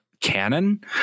canon